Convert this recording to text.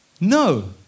No